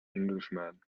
englishman